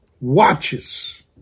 watches